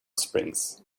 springs